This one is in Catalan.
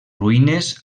ruïnes